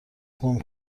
گـم